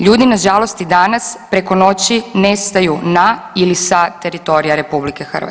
Ljudi na žalost i danas preko noći nestaju na ili sa teritorija RH.